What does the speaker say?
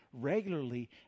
regularly